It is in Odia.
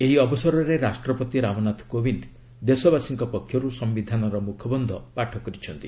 ଏହି ଅବସରରେ ରାଷ୍ଟ୍ରପତି ରାମନାଥ କୋବିନ୍ଦ ଦେଶବାସୀଙ୍କ ପକ୍ଷର୍ ସମ୍ଭିଧାନର ମ୍ରଖବନ୍ଧ ପାଠ କରିଛନ୍ତି